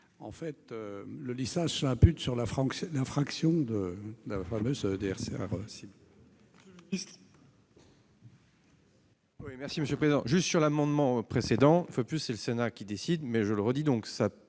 que le lissage s'impute sur la fraction de la fameuse DSR